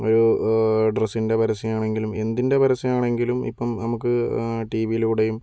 ഡ്രസ്സിൻ്റെ പരസ്യമാണെങ്കിലും എന്തിൻ്റെ പരസ്യമാണെങ്കിലും ഇപ്പോൾ നമുക്ക് ടി വിയിലൂടെയും